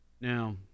Now